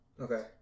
Okay